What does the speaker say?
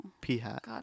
P-Hat